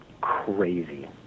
crazy